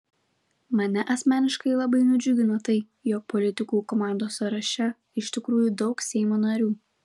mane asmeniškai labai nudžiugino tai jog politikų komandos sąraše iš tikrųjų daug seimo narių